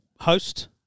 host